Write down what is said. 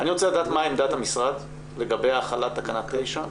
אני רוצה לדעת מה עמדת המשרד לגבי החלת תקנה 9,